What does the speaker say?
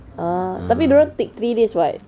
ah tapi dia orang take three days [what]